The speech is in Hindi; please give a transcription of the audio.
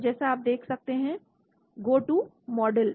तो जैसा आप देख सकते हैं गो टू मॉडल